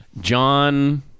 John